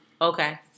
Okay